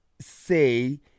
say